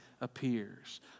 appears